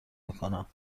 میکنم